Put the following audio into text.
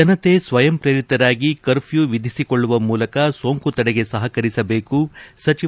ಜನತೆ ಸ್ವಯಂಪ್ರೇರಿತರಾಗಿ ಕರ್ಫ್ಯೂ ವಿಧಿಸಿಕೊಳ್ಳುವ ಮೂಲಕ ಸೋಂಕು ತಡೆಗೆ ಸಹಕರಿಸಬೇಕು ಸಚಿವ